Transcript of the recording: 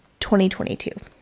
2022